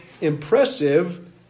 impressive